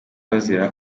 bazira